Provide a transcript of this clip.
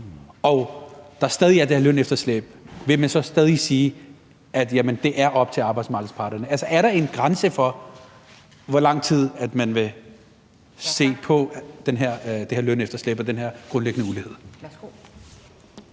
og der stadig er det her lønefterslæb, vil man så stadig sige, at det er op til arbejdsmarkedets parter? Altså, er der en grænse for, hvor lang tid man vil se på det her lønefterslæb og den her grundlæggende ulighed?